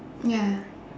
ya